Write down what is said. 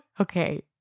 okay